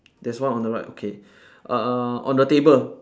there's one on the right okay uh on the table